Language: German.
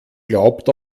glaubt